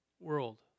World